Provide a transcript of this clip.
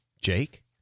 Jake